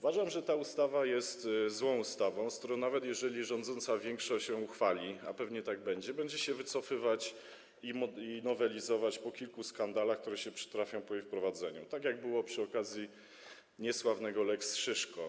Uważam, że ta ustawa jest złą ustawą, z której - nawet jeżeli rządząca większość ją uchwali, a pewnie tak będzie - będziemy się wycofywać i nowelizować po kilku skandalach, które się przytrafią po jej wprowadzeniu, tak jak było przy okazji niesławnego lex Szyszko.